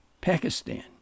Pakistan